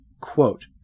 Quote